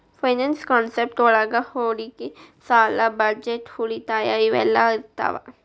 finance concept ಒಳಗ ಹೂಡಿಕಿ ಸಾಲ ಬಜೆಟ್ ಉಳಿತಾಯ ಇವೆಲ್ಲ ಇರ್ತಾವ